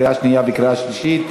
לקריאה שנייה וקריאה שלישית.